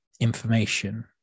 information